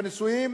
ונשואים.